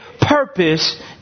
purpose